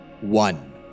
one